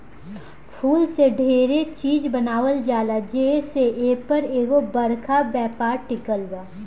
फूल से डेरे चिज बनावल जाला जे से एपर एगो बरका व्यापार टिकल बा